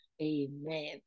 Amen